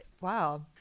Wow